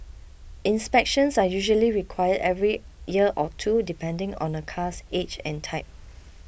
inspections are usually required every year or two depending on a car's age and type